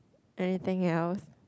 anything else